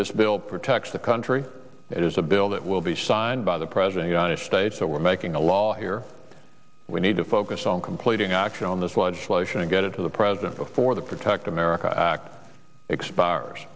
this bill protects the country it is a bill that will be signed by the president united states so we're making a law here we need to focus on completing action on this legislation and get it to the president before the protect america act expires